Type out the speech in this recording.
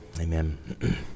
Amen